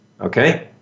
Okay